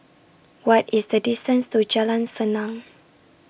What IS The distance to Jalan Senang